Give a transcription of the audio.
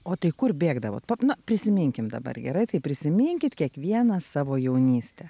o tai kur bėgdavote pap na prisiminkim dabar gerai tai prisiminkit kiekvienas savo jaunystę